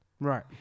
Right